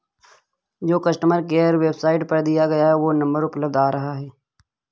जो customer care number website पर दिया है वो नंबर अनुपलब्ध आ रहा है